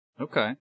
Okay